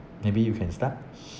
maybe you can start